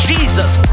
Jesus